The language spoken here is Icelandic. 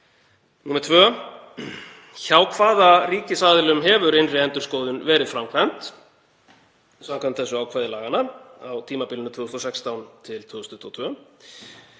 2. Hjá hvaða ríkisaðilum hefur innri endurskoðun verið framkvæmd samkvæmt þessu ákvæði laganna á tímabilinu 2016–2022?